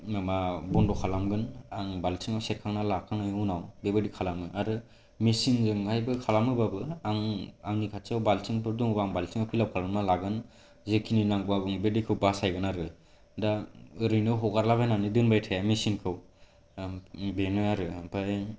माबा बन्द खालामगोन आं बाल्टिंआव सेरखांनान लाखांनाय उनाव बेबायदि खालामो आरो मेशिनजोंहायबो खालामोबाबो आं आंनि खाथियाव बाल्टिंफोर दङबा आं बाल्टिंआव फिलआप खालामनान लागोन जेखिनि नांगौबा बुं बे दैखौ बासायगोन आरो दा ओरैनो हगारलाबायनानै दोनबाय थाया मेशिनखौ बेनो आरो आमफ्राय